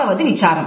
ఆరవది విచారం